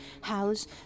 house